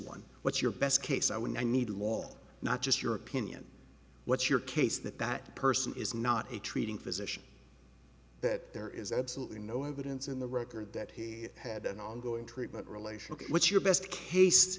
one what's your best case i would need wall not just your opinion what's your case that that person is not a treating physician that there is absolutely no evidence in the record that he had an ongoing treatment relational what's your best case